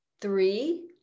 three